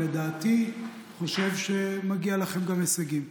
ולדעתי, אני חושב שמגיעים לכם גם הישגים.